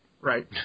Right